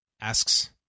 asks